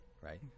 right